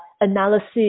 analysis